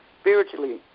spiritually